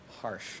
harsh